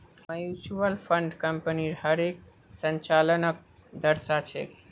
mutual fund कम्पनीर हर एक संचालनक दर्शा छेक